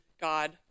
God